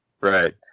Right